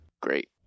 Great